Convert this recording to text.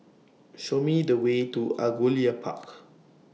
Show Me The Way to Angullia Park